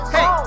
Hey